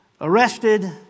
arrested